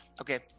Okay